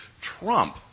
trump